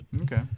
Okay